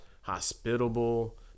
hospitable